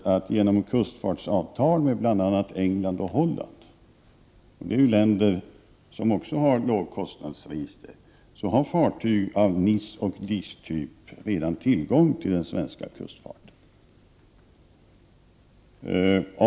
Genom kustfartsavtal med bl.a. England och Holland — länder som också har lågkostnadsregister — har fartyg av NIS och DIS-typ redan tillgång till den svenska kustfarten.